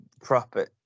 proper